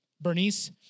Bernice